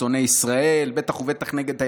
שונא ישראל ובטח ובטח נגד היהדות,